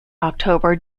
october